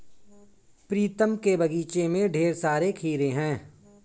प्रीतम के बगीचे में ढेर सारे खीरे हैं